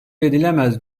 edilemez